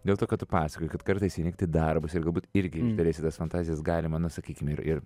dėl to kad tu pasakoji kad kartais įnikt į darbus ir galbūt irgi iš dalies į tas fantazijas galima na sakykim ir ir